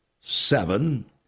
seven